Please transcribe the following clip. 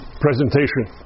presentation